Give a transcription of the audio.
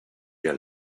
der